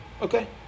Okay